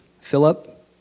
Philip